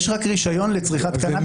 יש רק רישיון לצריכת קנאביס.